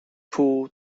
pull